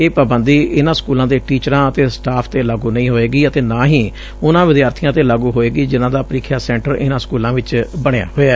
ਇਹ ਪਾਬੰਦੀ ਇਨ੍ਹਾਂ ਸਕੂਲਾਂ ਦੇ ਟੀਚਰਾਂ ਅਤੇ ਸਟਾਫ਼ ਤੇ ਲਾਗੂ ਨਹੀਂ ਹੋਵੇਗੀ ਅਤੇ ਨਾ ਹੀ ਉਨ੍ਹਾਂ ਵਿਦਿਆਰਬੀਆਂ ਤੇ ਲਾਗੂ ਹੋਵੇਗੀ ਜਿਨਾਂ ਦਾ ਪੀਖਿਆ ਸੈਂਟਰ ਇਨਾਂ ਸਕੁਲਾਂ ਵਿਚ ਬਣਿਆ ਹੋਇਐ